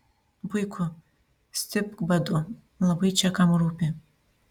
puiku stipk badu labai čia kam rūpi